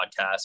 podcast